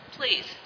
Please